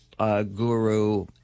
Guru